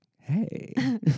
Hey